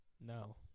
no